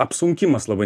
apsunkimas labai